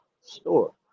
store